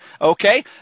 okay